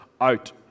out